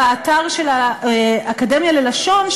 באתר של האקדמיה ללשון,